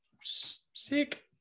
sick